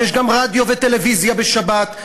ויש גם רדיו וטלוויזיה בשבת.